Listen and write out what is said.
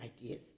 ideas